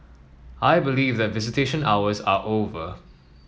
I believe that visitation hours are over